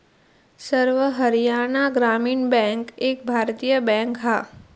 सर्व हरयाणा ग्रामीण बॅन्क एक भारतीय बॅन्क हा